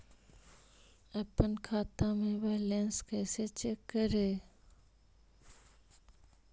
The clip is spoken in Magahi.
अपन खाता के बैलेंस कैसे चेक करे?